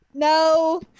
No